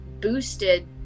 boosted